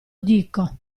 dico